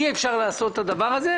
אי אפשר לעשות את הדבר הזה.